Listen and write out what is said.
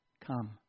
come